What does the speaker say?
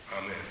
Amen